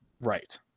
Right